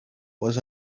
was